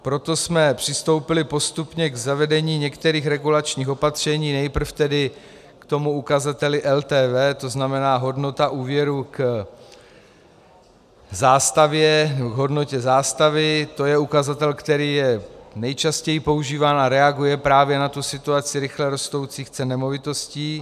Proto jsme přistoupili postupně k zavedení některých regulačních opatření, nejprve tedy k tomu ukazateli LTV, to znamená hodnota úvěru k zástavě, k hodnotě zástavy, to je ukazatel, který je nejčastěji používán a reaguje právě na tu situaci rychle rostoucích cen nemovitostí.